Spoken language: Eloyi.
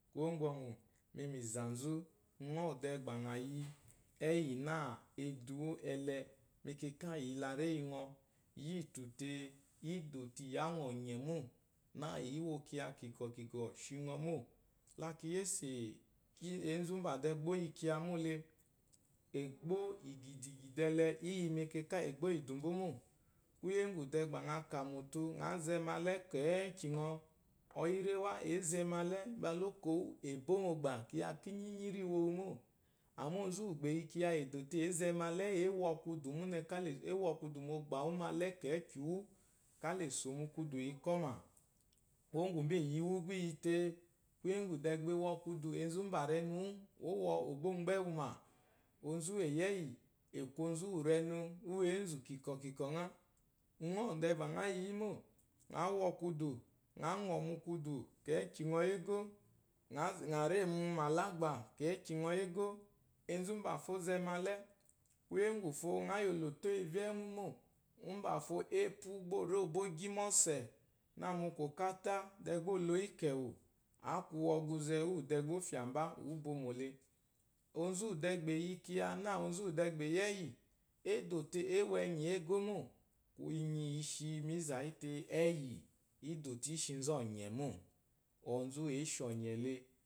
Kwuwó ŋgwɔŋwù mi mìzà nzú, uŋɔ úwù dɛɛ gbà ŋa yi ɛ́yì nâ eduwó ɛlɛ mɛkɛkà íyì iyi la réyi ŋɔ, yítù tee, í dò te ì yá ŋa ɔ̀nyɛ̀ mô, nâ ǐ wo kyiya kìkɔ̀ kìkɔ̀ shi ŋɔ mô. La ki yésè ěnzù úmbàfo gbà ó yi kyiya mó le, ègbó ìgìdìgìdì ɛlɛ i yi mɛkɛkà íyì ègbó íyì ìdù mbò mô. Kwúyè úŋgwù dɛɛ gbà ŋa kà mùtu ŋǎ zɛ malɛ́ kɛ̌kì ŋɔ. ɔyírɛ́wá ě zɛ malɛ́ mbala óko wú è bô mu ɔgbà, kyiya kínyínyí rî wo wu mô. Àmà onzu úwù gba è yi kyiya è dò te ě zɛ malɛ́ “ě wɔ kwudù múnɛ kàlè” ě wɔ kwudù mɔgbà wú malɛ́ kɛ̌kì wú ká lé sò mu kwudù i kɔ́mà. Kwuwó ŋgwùmbé, ìyi wu gbá i yi tee, kwuwè úŋgwù dɛee gbà e wɔ kwudù, enzu úmbà rɛnu wú ǒ wɔ ò bó mgbɛ́ wu mà. Onzu úwù è yi ɛ́yì è kwu onzu úwù rɛnu úwù ěnzù kìkɔ̀-kìkɔ̀ ŋá. Uŋɔ úwù dɛɛ gba ŋá yi yí mô ŋǎ wɔ kwudù, ŋǎ ŋɔ̀ mu kwudù kɛ̌kyì ŋɔ égó, ŋǎ zz ŋà rê mu àlágbà kɛ̌kì ŋɔ égó. Enzu úmbàfo ó zɛ malɛ́, kwúyè úŋgwùfo ŋa yi olòtò úwù ivyé íyì ɛŋwú mô, úmbàfo épwú gbá ó rê ò bó gyí mɔ́sɛ̀, nâ mu kwɔ̀kátá dɛɛ gbá ò lo yì kɛ̀wù, ǎ kwu ɔgwuzɛ úwù dɛɛ gbá ɔ́fyà mbá ǔ bo mò le. Onzu úwù dɛɛ gbà è yi kyiya nâ onzu úwù dɛɛ gba è yi ɛ́yì é dò te eé wo ɛnyì égó mô. Inyi i shi mií zà yí tee, ɛ́yí í dò te ǐ shi nzú ɔ̀nyɛ̀ mô. Onzu úwù ě shi ɔ̀nyɛ̀ le